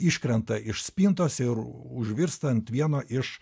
iškrenta iš spintos ir užvirsta ant vieno iš